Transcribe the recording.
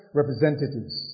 representatives